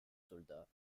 soldats